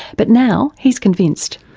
but now he's convinced.